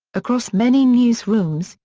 across many newsrooms,